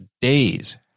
days